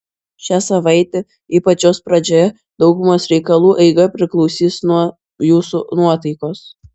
šią savaitę ypač jos pradžioje daugumos reikalų eiga priklausys nuo jūsų nuotaikos